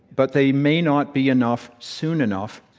but they may not be enough soon enough,